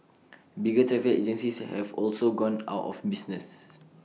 bigger travel agencies have also gone out of business